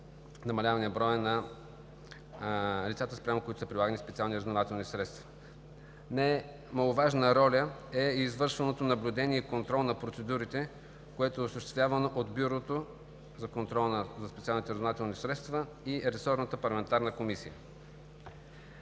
намаляване броя на лицата, спрямо които са прилагани специални разузнавателни средства. Немаловажна роля е извършването на наблюдение и контрол на процедурите, осъществявани от Бюрото за контрол на специалните разузнавателни средства и ресорната парламентарна комисия.